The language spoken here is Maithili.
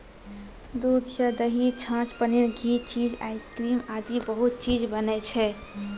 दूध सॅ दही, छाछ, पनीर, घी, चीज, आइसक्रीम आदि बहुत चीज बनै छै